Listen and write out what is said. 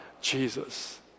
Jesus